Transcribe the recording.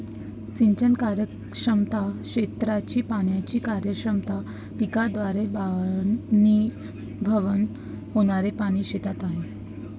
सिंचन कार्यक्षमता, क्षेत्राची पाण्याची कार्यक्षमता, पिकाद्वारे बाष्पीभवन होणारे पाणी शेतात होते